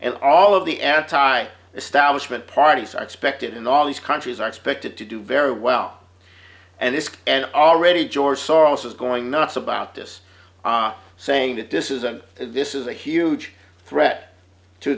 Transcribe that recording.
and all of the at thai establishment parties are expected in all these countries are expected to do very well and this and already george soros is going nuts about this saying that this is a this is a huge threat to